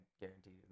guaranteed